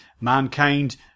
mankind